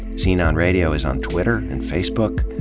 scene on radio is on twitter and facebook.